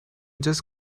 just